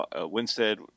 Winstead